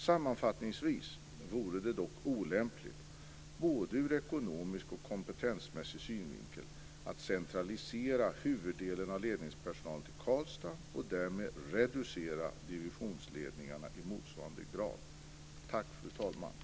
Sammanfattningsvis vore det dock olämpligt, både ur ekonomisk och ur kompetensmässig synvinkel, att centralisera huvuddelen av ledningspersonalen till Karlstad och därmed reducera divisionsledningarna i motsvarande grad.